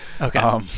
Okay